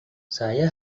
saya